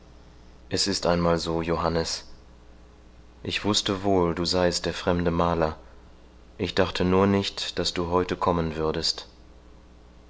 es ist nun einmal so johannes ich wußte wohl du seiest der fremde maler ich dachte nur nicht daß du heute kommen würdest